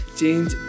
change